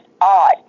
odd